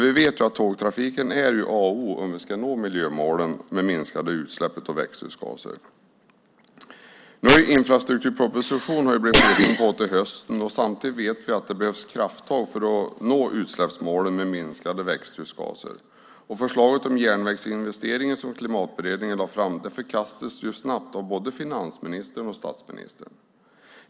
Vi vet att tågtrafiken är A och O om vi ska nå miljömålen med minskade utsläpp av växthusgaser. Infrastrukturpropositionen har blivit kvar till hösten. Samtidigt vet vi att det behövs krafttag för att nå utsläppsmålen med minskade växthusgaser. Förslaget om järnvägsinvesteringar som Klimatberedningen lade fram förkastades snabbt av både finansministern och statsministern.